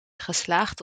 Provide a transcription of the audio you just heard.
geslaagd